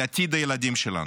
על עתיד הילדים שלנו.